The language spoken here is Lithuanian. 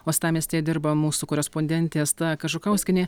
uostamiestyje dirba mūsų korespondentė asta kažukauskienė